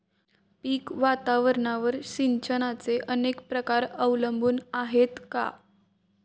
पीक वातावरणावर सिंचनाचे अनेक प्रकार अवलंबून आहेत का?